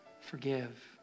Forgive